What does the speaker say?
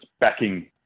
backing